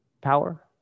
Power